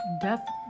death